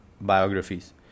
biographies